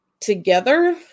together